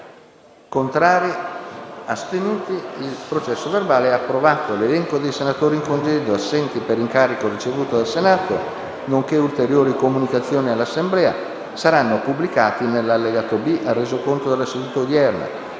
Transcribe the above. link apre una nuova finestra"). L'elenco dei senatori in congedo e assenti per incarico ricevuto dal Senato, nonché ulteriori comunicazioni all'Assemblea saranno pubblicati nell'allegato B al Resoconto della seduta odierna.